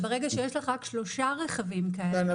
אבל ברגע שיש לך רק שלושה רכבים כאלה,